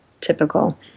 typical